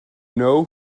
know